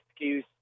excuse